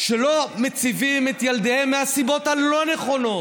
שלא מציבים את ילדיהם, מהסיבות הלא-נכונות: